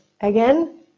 again